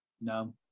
No